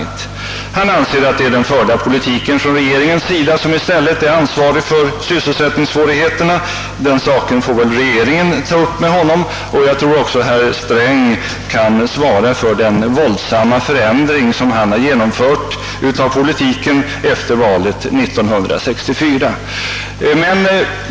Herr Ringaby anser att det är den förda regeringspolitiken som i stället bär ansvaret för sysselsättningssvårigheterna. Den saken får väl regeringen ta upp med honom. Herr Sträng kan nog också svara för den våldsamma förändring av politiken som han genomfört efter valet år 1964.